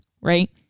right